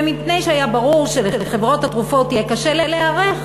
ומפני שהיה ברור שלחברות התרופות יהיה קשה להיערך,